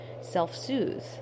self-soothe